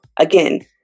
again